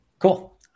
Cool